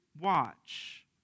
watch